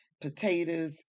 potatoes